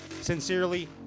sincerely